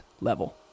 level